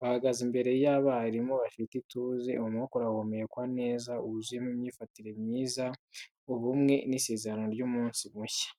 bahagaze imbere y’abarimu bafite ituze. Umwuka urahumekwa neza, wuzuyemo imyifatire myiza, ubumwe n’isezerano ry’umunsi mushya.